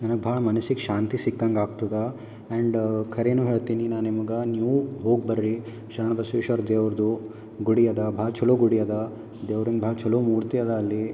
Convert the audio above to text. ನನಗೆ ಭಾಳ ಮನ್ಸಿಗೆ ಶಾಂತಿ ಸಿಕ್ಕಂಗೆ ಆಗ್ತದೆ ಆ್ಯಂಡ್ ಕರೇನು ಹೇಳ್ತೀನಿ ನಾನು ನಿಮ್ಗೆ ನೀವು ಹೋಗ್ಬರ್ರಿ ಶರಣು ಬಸವೇಶ್ವರ ದೇವ್ರದ್ದು ಗುಡಿ ಅದಾ ಭಾಳ ಚಲೋ ಗುಡಿ ಅದಾ ದೇವ್ರನ್ನ ಭಾಳ ಚಲೋ ಮೂರ್ತಿ ಅದಾ ಅಲ್ಲಿ